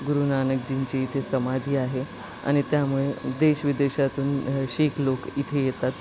गुरु नानकजींची इथे समाधी आहे आणि त्यामुळे देश विदेशातून शिख लोक इथे येतात